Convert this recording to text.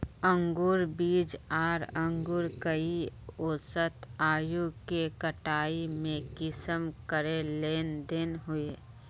अंकूर बीज आर अंकूर कई औसत आयु के कटाई में कुंसम करे लेन देन होए?